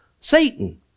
Satan